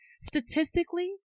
statistically